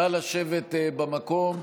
נא לשבת במקום.